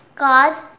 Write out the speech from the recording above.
God